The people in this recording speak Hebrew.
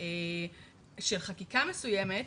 של חקיקה מסוימת,